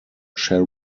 shall